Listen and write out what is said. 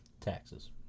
Taxes